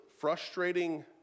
frustrating